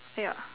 yeah